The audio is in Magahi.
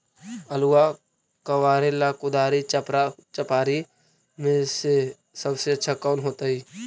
आलुआ कबारेला कुदारी, चपरा, चपारी में से सबसे अच्छा कौन होतई?